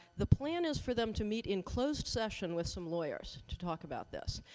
the plan is for them to meet in closed session with some lawyers to talk about this.